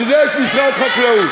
בשביל זה יש משרד חקלאות.